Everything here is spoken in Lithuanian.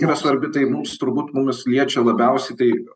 yra svarbi tai mums turbūt mus liečia labiausiai tai